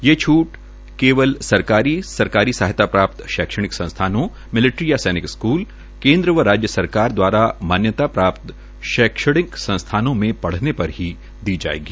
ये छ्ट केवल सरकारी सरकारी सहायता प्राप्त शैक्षणिक संस्थानों मिल्ट्री या सैनिक स्कूल केन्द्र व राज्य सरकार द्वारा मान्यता प्रात्प शैक्षणिक संस्थानों में पढ़ने पर ही दी जायेगी